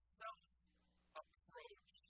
self-approach